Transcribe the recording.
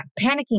panicking